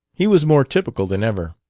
he was more typical than ever.